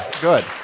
good